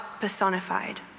personified